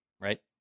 Right